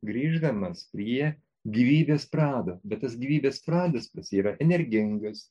grįždamas prie gyvybės prado bet gyvybės pradas pats yra energingas